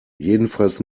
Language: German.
jedenfalls